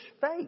faith